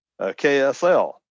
KSL